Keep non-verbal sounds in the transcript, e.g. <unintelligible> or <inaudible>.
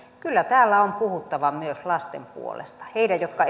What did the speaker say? kyllä täällä on puhuttava myös lasten puolesta heidän jotka <unintelligible>